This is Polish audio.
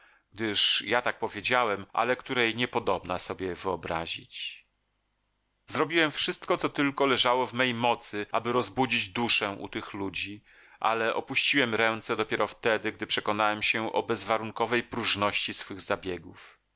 gdyż ja tak powiedziałem ale której niepodobna sobie wyobrazić zrobiłem wszystko co tylko leżało w mej mocy aby rozbudzić duszę u tych ludzi a opuściłem ręce dopiero wtedy gdy przekonałem się o bezwarunkowej próżności swych zabiegów